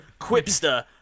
Quipster